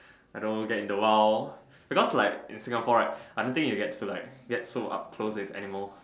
you know get in the wild because like in Singapore right I don't think like get so up close with animal